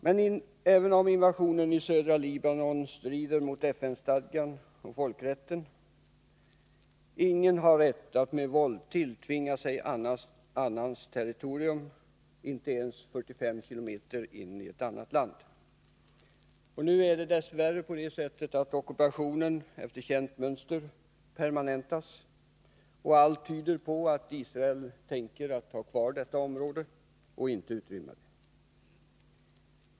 Men även invasionen i södra Libanon strider mot FN-stadgan och folkrätten. Ingen har rätt att med våld tilltvinga sig annans territorium. Nu är det dess värre på det sättet att ockupationen efter känt mönster håller på att permanentas, och allt tyder på att Israel tänker ha kvar detta område och inte utrymma det.